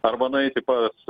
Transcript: arba nueiti pas